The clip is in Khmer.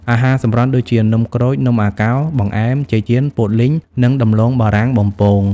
អាហារសម្រន់ ដូចជា នំក្រូច នំអាកោ បង្អែម ចេកចៀន ពោតលីង និងដំឡូងបារាំងបំពង។